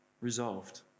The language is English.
resolved